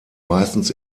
meistens